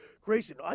Grayson